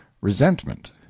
resentment